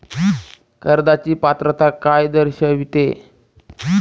कर्जाची पात्रता काय दर्शविते?